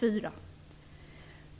4.